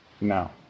now